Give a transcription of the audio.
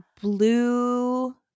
blue